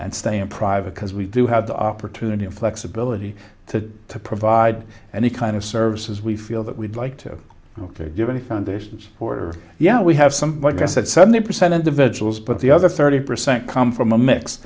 and stay in private because we do have the opportunity and flexibility to provide any kind of services we feel that we'd like to give any foundations for yeah we have something like i said seventy percent individuals but the other thirty percent come from a mix